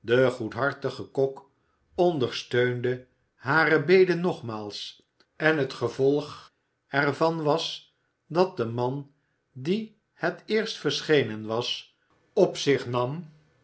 de goedhartige kok ondersteunde hare bede nogmaals en het gevolg er van was dat de man die het eerst verschenen was op zich nam